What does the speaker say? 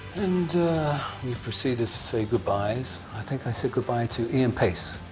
and we proceeded to say goodbyes. i think i said goodbye to ian paice,